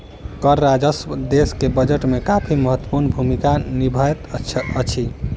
कर राजस्व देश के बजट में काफी महत्वपूर्ण भूमिका निभबैत अछि